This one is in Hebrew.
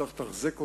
צריך לתחזק אותן,